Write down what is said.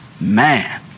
Man